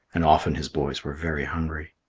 and often his boys were very hungry.